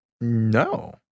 no